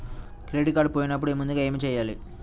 Credit card పోయినపుడు ముందుగా ఏమి చేయాలి?